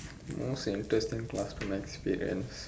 most interesting classroom experience